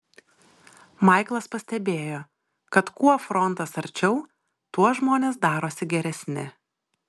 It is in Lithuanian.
maiklas pastebėjo kad kuo frontas arčiau tuo žmonės darosi geresni